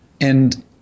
And-